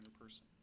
person